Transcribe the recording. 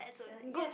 uh yes